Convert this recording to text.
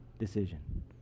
decision